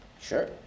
Sure